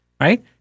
Right